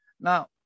Now